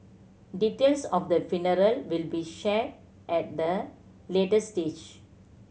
details of the funeral will be shared at a later stage